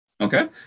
Okay